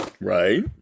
Right